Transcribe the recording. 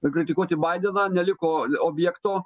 kritikuoti baideną neliko objekto